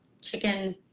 chicken